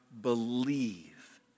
believe